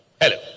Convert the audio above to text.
Hello